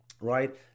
right